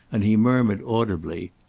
and he murmured audibly,